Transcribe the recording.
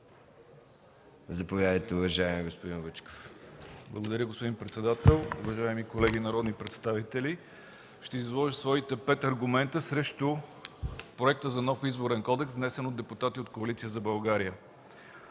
Вучков. ВЕСЕЛИН ВУЧКОВ (ГЕРБ): Благодаря, господин председател. Уважаеми колеги народни представители, ще изложа своите пет аргумента срещу Проекта за нов Изборен кодекс, внесен от депутати от Коалиция за България.